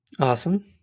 Awesome